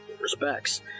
respects